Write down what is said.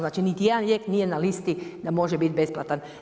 Znači niti jedan lijek nije na listi da može biti besplatan.